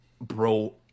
bro